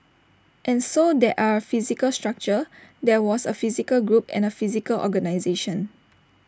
and so there are A physical structure there was A physical group and A physical organisation